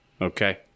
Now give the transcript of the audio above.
Okay